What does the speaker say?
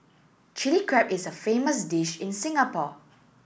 Chilli Crab is a famous dish in Singapore